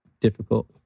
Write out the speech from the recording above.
difficult